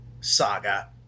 Saga